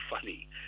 funny